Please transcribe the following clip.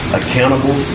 accountable